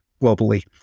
globally